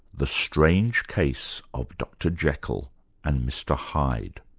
the strange case of dr jekyll and mr hyde.